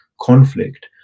conflict